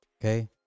okay